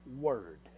word